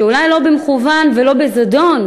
אולי לא במכוון ולא בזדון,